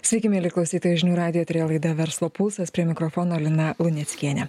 sveiki mieli klausytojai žinių radijo eteryje laida verslo pulsas prie mikrofono lina luneckienė